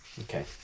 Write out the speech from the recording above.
Okay